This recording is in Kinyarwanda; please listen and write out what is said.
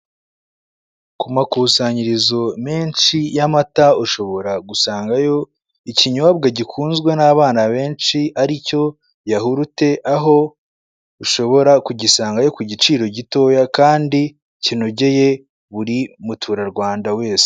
Ku makusanyirizo menshi y'amata ushobora gusangayo ikinyobwa gikunzwe n'abana benshi aricyo yahurute aho ushobora kugisangayo ku giciro gitoya kandi kinogeye buri muturarwanda wese.